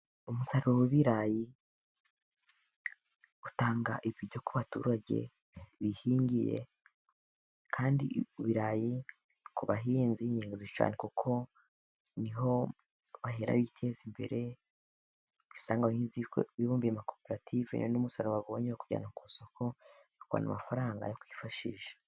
Umusaruro w'ibirayi utanga ibiryo ku baturage bihingiye, kandi ibirayi ku bahinzi n'ingenzi cyane kuko niho bahera biteza imbere, aho usanga abahinzi ibibumbiye mu makoperative n'umusararo babonye bakawujyana ku isoko, bakabona amafaranga yo kwifashisha.